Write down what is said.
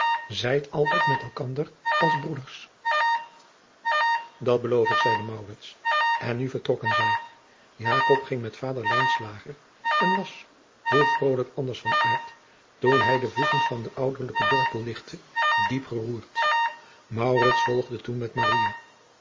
zijt altijd met elkander als broeders dat beloof ik zeide maurits en nu vertrokken zij jakob ging met vader lijnslager en was hoe vrolijk anders van aard toen hij de voeten van den ouderlijken dorpel ligtte diep geroerd maurits volgde toen met